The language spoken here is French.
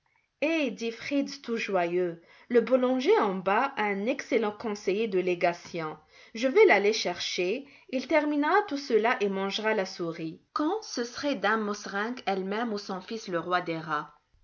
eh dit fritz tout joyeux le boulanger en bas a un excellent conseiller de légation je vais l'aller chercher il terminera tout cela et mangera la souris quand ce serait dame mauserink elle-même ou son fils le roi des rats